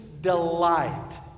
delight